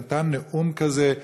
נתן נאום כזה,